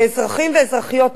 כאזרחים ואזרחיות,